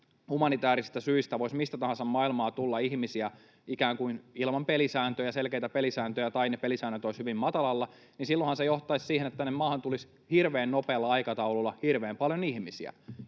humanitäärisistä syistä voisi mistä tahansa päin maailmaa tulla ihmisiä ikään kuin ilman selkeitä pelisääntöjä tai ne pelisäännöt olisivat hyvin matalalla. Silloinhan se johtaisi siihen, että tänne maahan tulisi hirveän nopealla aikataululla hirveän paljon ihmisiä.